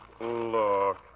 Look